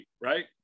right